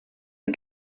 you